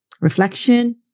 reflection